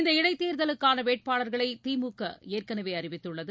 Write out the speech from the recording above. இந்த இடைத்தேர்தலுக்கான வேட்பாளர்களை திமுக ஏற்கனவே அறிவித்துள்ளது